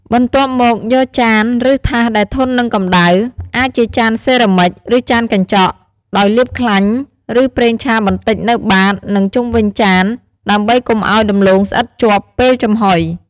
បន្ទាប់មក យកចាន ឬថាសដែលធន់នឹងកម្ដៅ អាចជាចានសេរ៉ាមិច ឬចានកញ្ចក់ ដោយលាបខ្លាញ់ ឬប្រេងឆាបន្តិចនៅបាត និងជុំវិញចាន ដើម្បីកុំឱ្យដំឡូងស្អិតជាប់ ពេលចំហុយ។